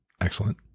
Excellent